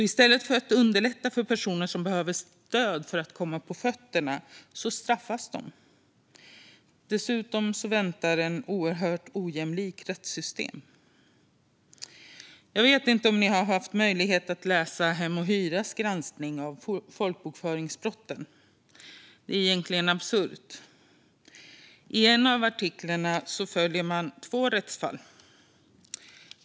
I stället för att underlätta för personer som behöver stöd för att komma på fötter leder detta alltså till att de straffas. Dessutom väntar ett oerhört ojämlikt rättssystem. Jag vet inte om ni har haft möjlighet att läsa Hem & Hyras granskning av folkbokföringsbrotten. Det är egentligen absurt. I en av artiklarna följer man två rättsfall.